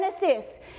Genesis